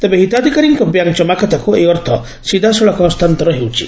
ତେବେ ହିତାଧିକାରୀଙ୍କ ବ୍ୟାଙ୍କ ଜମାଖାତାକୁ ଏହି ଅର୍ଥ ସିଧାସଳଖ ହସ୍ତାନ୍ତର ହେଉଛି